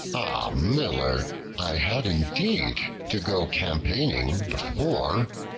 miller, i had indeed to go campaigning before,